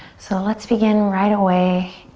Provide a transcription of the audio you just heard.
so let's begin right away.